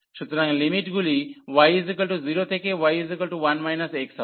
সুতরাং লিমিটগুলি y 0 থেকে y 1 x হবে